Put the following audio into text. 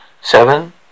seven